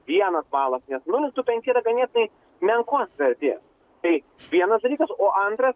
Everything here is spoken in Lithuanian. vienas balas nes nulis du penki yra ganėtinai menkos vertės tai vienas dalykas o antra